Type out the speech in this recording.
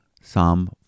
Psalm